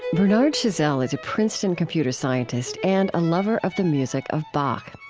bernard chazelle is a princeton computer scientist and a lover of the music of bach.